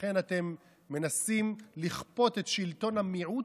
לכן אתם מנסים לכפות את שלטון המיעוט